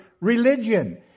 religion